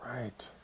Right